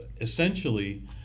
essentially